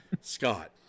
Scott